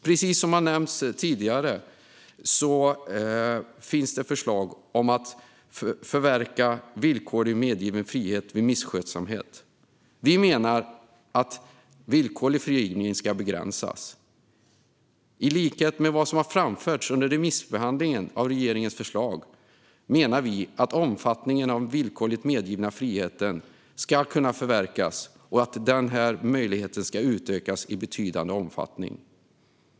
Precis som har nämnts tidigare finns det förslag om att förverka villkorligt medgiven frihet vid misskötsamhet. Vi menar att villkorlig frigivning ska begränsas. I likhet med vad som har framförts under remissbehandlingen av regeringens förslag menar vi att omfattningen av den villkorligt medgivna frihet som föreslås kunna förverkas bör utökas i betydande omfattning.